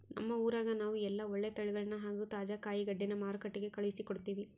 ನಮ್ಮ ಊರಗ ನಾವು ಎಲ್ಲ ಒಳ್ಳೆ ತಳಿಗಳನ್ನ ಹಾಗೂ ತಾಜಾ ಕಾಯಿಗಡ್ಡೆನ ಮಾರುಕಟ್ಟಿಗೆ ಕಳುಹಿಸಿಕೊಡ್ತಿವಿ